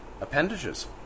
appendages